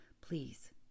Please